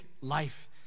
life